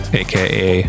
aka